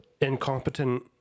incompetent